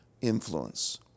influence